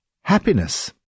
happiness